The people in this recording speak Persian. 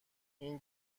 این